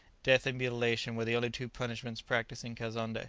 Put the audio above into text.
death and mutilation were the only two punishments practised in kazonnde,